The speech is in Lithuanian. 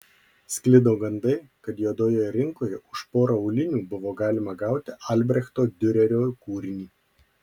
sklido gandai kad juodojoje rinkoje už porą aulinių buvo galima gauti albrechto diurerio kūrinį